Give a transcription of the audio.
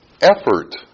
effort